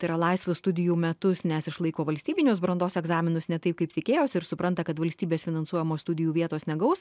tai yra laisvą studijų metus nes išlaiko valstybinius brandos egzaminus ne taip kaip tikėjosi ir supranta kad valstybės finansuojamos studijų vietos negaus